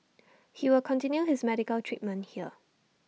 he will continue his medical treatment here